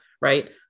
right